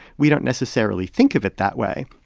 we don't necessarily think of it that way,